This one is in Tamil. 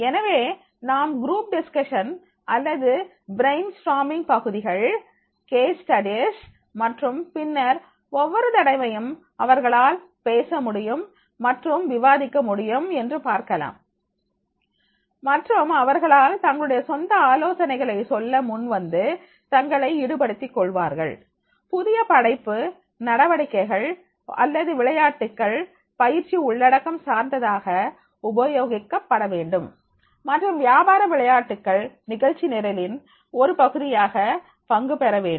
எனவே நாம் குரூப் டிஸ்கஷன் அல்லது பிரைன்ஸ்டர்மிங் பகுதிகள் கேஸ் ஸ்டடிஸ் மற்றும் பின்னர் ஒவ்வொரு தடவையும் அவர்களால் பேச முடியும் மற்றும் விவாதிக்க முடியும் என்று பார்க்கலாம் மற்றும் அவர்களால் தங்களுடைய சொந்த ஆலோசனைகளை சொல்ல முன் வந்து தங்களை ஈடுபடுத்திக் கொள்வார்கள்புதிய படைப்பு நடவடிக்கைகள் அல்லது விளையாட்டுகள் பயிற்சி உள்ளடக்கம் சார்ந்ததாக உபயோகிக்கப் படவேண்டும் மற்றும் வியாபார விளையாட்டுக்கள் பயிற்சி நிரலின் ஒரு பகுதியாக பங்குபெற வேண்டும்